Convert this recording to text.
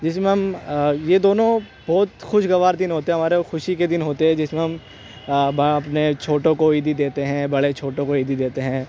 جس میں ہم یہ دونوں بہت خوشگوار دن ہوتے ہیں ہمارے اور خوشی کے دن ہوتے ہیں جس میں ہم اپنے چھوٹوں کو عیدی دیتے ہیں بڑے چھوٹوں کو عیدی دیتے ہیں